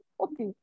Okay